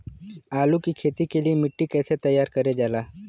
आलू की खेती के लिए मिट्टी कैसे तैयार करें जाला?